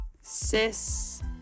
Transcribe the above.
Sis